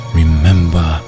remember